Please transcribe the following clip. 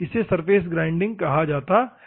इसे surface grinding कहा जाता है